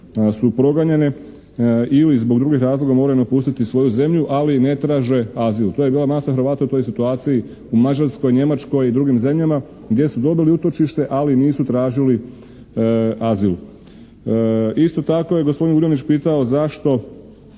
su proganjanje ili zbog drugih razloga moraju napustiti svoju zemlju, ali ne traže azil. To je bila masa Hrvata u toj situaciji u Mađarskoj, Njemačkoj i drugim zemljama gdje su dobili utočište ali nisu tražili azil. Isto tako je gospodin Vuljanić pitao zašto